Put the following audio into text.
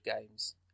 games